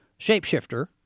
shapeshifter